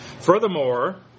Furthermore